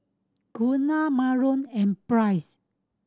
Gunnar Myron and Price